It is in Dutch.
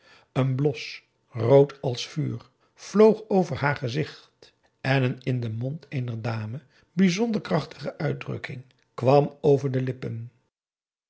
een blos rood als vuur vloog over haar gezicht en een in den mond eener dame bijzonder krachtige uitdrukking kwam haar over de lippen